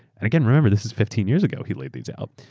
and again, remember this was fifteen years ago he laid these out.